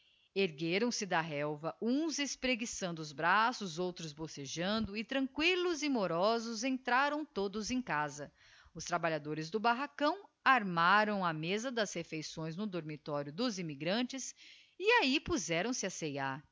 ir ceiar ergueram seda relva uns espreguiçando os braços outros bocejando e tranquillos e morosos entraram todos em casa os trabalhadores do barracão armaram a mesa das refeições no dormitório dos immigrantes e ahi puzeram se a